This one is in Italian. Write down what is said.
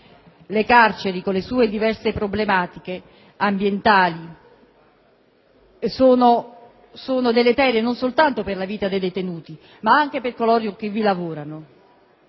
Le carceri, con le loro diverse problematiche ambientali, sono deleterie non soltanto per la vita dei detenuti ma anche per coloro che vi lavorano.